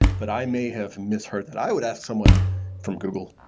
but i may have misheard that. i would ask someone from google.